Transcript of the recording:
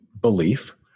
belief